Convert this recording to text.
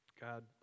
God